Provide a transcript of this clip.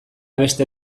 beste